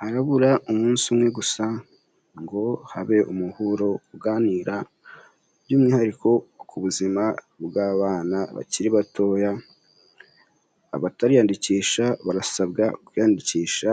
Harabura umunsi umwe gusa ngo habe umuhuro uganira, by'umwihariko ku buzima bw'abana bakiri batoya, abatariyandikisha barasabwa kwiyandikisha